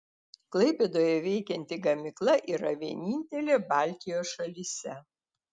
klaipėdoje veikianti gamykla yra vienintelė baltijos šalyse